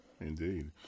Indeed